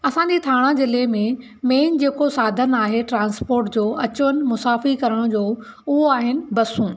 असांजे थाणा ज़िले मे मेन जेको साधनु आहे ट्रांस्पोट जो अचु वञु मुसफ़िरी करण जो उहो आहिनि बसूं